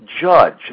judge